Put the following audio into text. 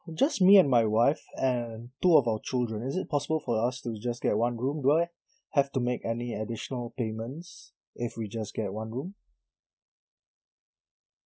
just me and my wife and two of our children is it possible for us to just get one room do I have to make any additional payments if we just get one room